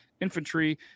infantry